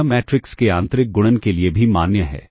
यह मैट्रिक्स के आंतरिक गुणन के लिए भी मान्य है